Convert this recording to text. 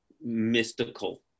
mystical